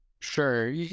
Sure